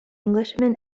englishman